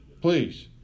Please